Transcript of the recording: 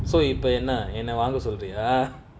so இப்ப என்ன என்ன வாங்க சொல்ரியா:ippa enna enna vaanga solriyaa